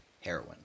Heroin